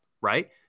right